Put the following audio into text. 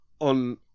on